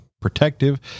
protective